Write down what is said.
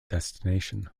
destination